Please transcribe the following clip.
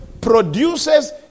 produces